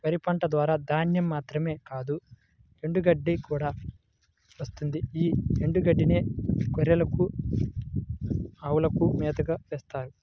వరి పంట ద్వారా ధాన్యం మాత్రమే కాదు ఎండుగడ్డి కూడా వస్తుంది యీ ఎండుగడ్డినే బర్రెలకు, అవులకు మేతగా వేత్తారు